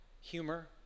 humor